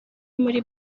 muri